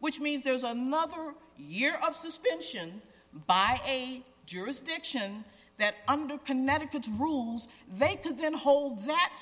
which means there's a mother year of suspension by a jurisdiction that under connecticut's rules they could then hold that